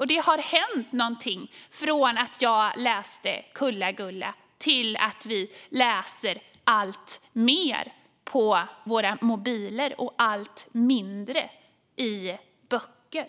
Och det har hänt någonting, från att jag läste Kulla-Gulla till att vi läser alltmer på våra mobiler och allt mindre i böcker.